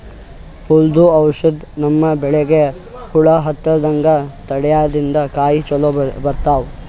ಹುಳ್ದು ಔಷಧ್ ನಮ್ಮ್ ಬೆಳಿಗ್ ಹುಳಾ ಹತ್ತಲ್ಲ್ರದಂಗ್ ತಡ್ಯಾದ್ರಿನ್ದ ಕಾಯಿ ಚೊಲೋ ಬರ್ತಾವ್